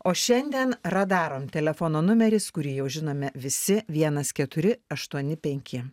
o šiandien radarom telefono numeris kurį jau žinome visi vienas keturi aštuoni penki